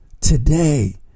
today